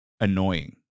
annoying